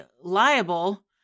liable